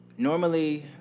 Normally